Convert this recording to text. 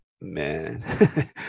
Man